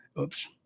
Oops